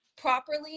properly